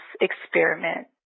experiment